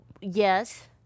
Yes